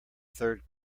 third